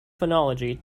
phonology